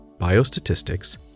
biostatistics